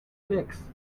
licks